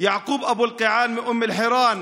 יעקוב אבו אלקיעאן מאום אל-חיראן,